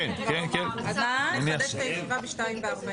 הישיבה תתחדש ב-14:40.